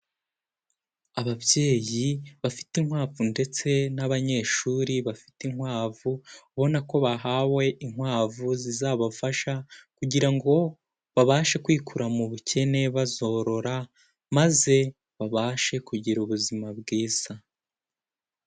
Ababyeyi bafite inkwavu ndetse n'abanyeshuri bafite inkwavu, ubona ko bahawe inkwavu zizabafasha kugira ngo babashe kwikura mu bukene bazorora maze babashe kugira ubuzima bwiza.